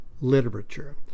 literature